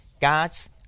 God's